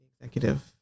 executive